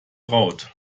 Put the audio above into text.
traut